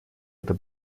это